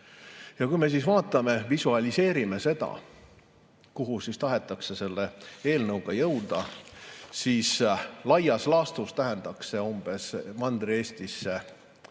Kui me vaatame, visualiseerime seda, kuhu tahetakse selle eelnõuga jõuda, siis laias laastus tähendaks see Mandri-Eestisse